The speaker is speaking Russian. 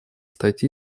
стать